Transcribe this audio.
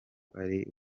ari